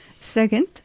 Second